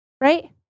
Right